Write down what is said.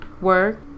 work